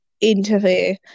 interfere